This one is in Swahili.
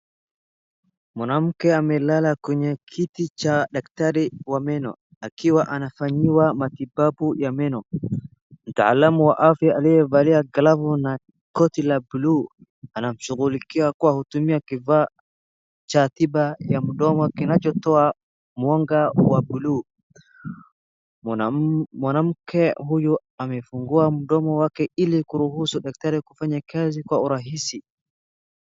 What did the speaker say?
Mwanamke amelala kwenye kiti cha daktari wa meno, akiwa anafanyiwa matibabu ya meno, mtaalamu wa afya aliyevalia glove na koti la blue , akimshughulikia kwa kutumia kifaa cha tiba ya mdomo kinahotoa mwanga wa blue mwanamke huyu amefungua mdomo wake ili kuruhusu daktari kufanya kazi kwa urahisi.